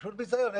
פשוט בזיון.